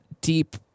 deep